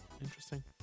interesting